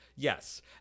Yes